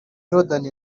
jordan